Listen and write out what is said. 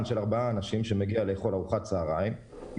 ארבעה אנשים באים לאכול ארוחת צהריים,